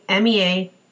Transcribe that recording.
MEA